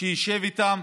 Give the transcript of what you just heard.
שישב איתם.